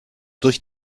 durch